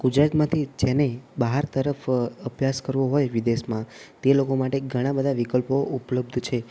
ગુજરાતમાંથી જેને બહાર તરફ અભ્યાસ કરવો હોય વિદેશમાં તે લોકો માટે ઘણાં બધાં વિકલ્પો ઉપલબ્ધ છે